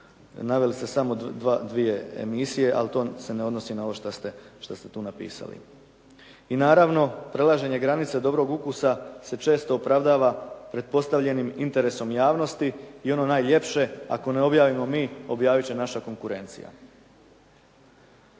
Naveli ste samo dvije emisije, ali to se ne odnosi na ovo što ste tu napisali. I naravno prelaženje granice dobrog ukusa se često opravdava pretpostavljenim interesom javnosti i ono najljepše "ako ne objavimo mi objaviti će naša konkurencija".